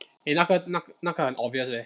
eh 那个那那个很 obvious leh